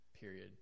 period